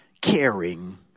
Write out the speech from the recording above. caring